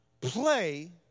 play